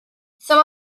some